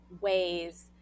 ways